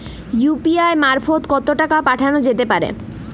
UPI মারফত কত টাকা পাঠানো যেতে পারে?